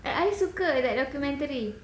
I suka that documentary